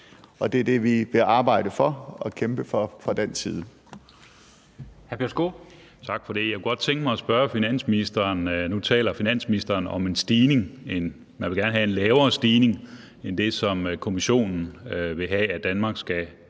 Det er det, vi vil arbejde for og kæmpe for fra dansk side.